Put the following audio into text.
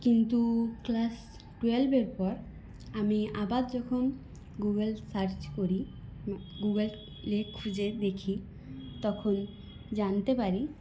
কিন্তু ক্লাস টুয়েলভের পর আমি আবার যখন গুগল সার্চ করি গুগলে খুঁজে দেখি তখন জানতে পারি